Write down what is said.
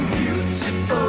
beautiful